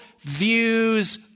views